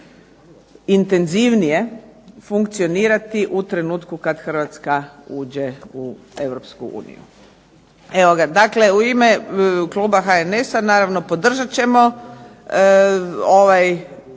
puno intenzivnije funkcionirati u trenutku kad Hrvatska uđe u Europsku uniju. Evo ga, dakle u ime kluba HNS-a naravno podržat ćemo ovaj